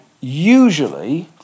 usually